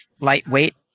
lightweight